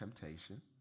temptation